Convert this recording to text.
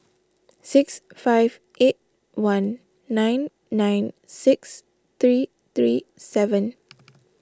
six five eight one nine nine six three three seven